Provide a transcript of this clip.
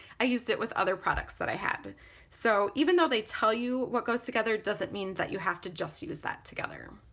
i used it with other products that i had so even though they tell you what goes together doesn't mean that you have to just use that together.